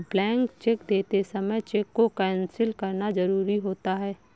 blank cheque देते समय cheque को कैंसिल करना जरुरी होता है